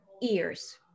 ears